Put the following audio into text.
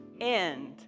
end